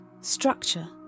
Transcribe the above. structure